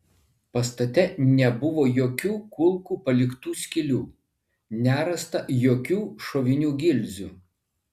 pastate nebuvo jokių kulkų paliktų skylių nerasta jokių šovinių gilzių